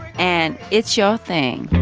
and it's your thing